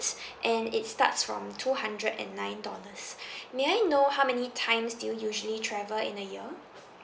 and it starts from two hundred and nine dollars may I know how many times do you usually travel in a year